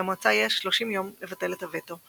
למועצה יש 30 יום לבטל את הווטו,